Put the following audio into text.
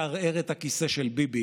מציע לאנשי מפלגת העבודה,